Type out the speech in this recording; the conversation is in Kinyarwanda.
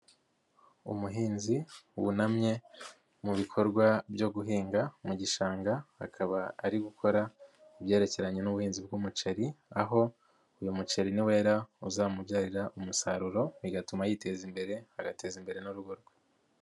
Umuhinzi wunamye mu bikorwa byo guhinga mu gishanga, akaba ari gukora ibyerekeranye n'ubuhinzi bw'umuceri, aho uyu muceri niwera uzamubyarira umusaruro bigatuma yiteza imbere agateza imbere n'urugo rwe.